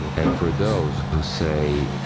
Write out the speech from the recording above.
and for those who, say,